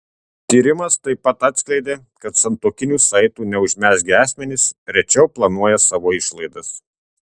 tyrimas taip pat atskleidė kad santuokinių saitų neužmezgę asmenys rečiau planuoja savo išlaidas